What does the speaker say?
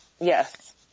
Yes